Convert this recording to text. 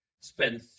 Spend